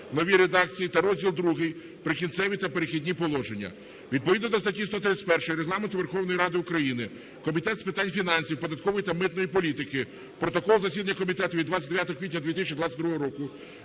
новій редакції та розділ ІІ "Прикінцеві та перехідні положення". Відповідно до статті 131 Регламенту Верховної Ради України Комітет з питань фінансів, податкової та митної політики (протокол засідання комітету від 29 квітня 2022 року)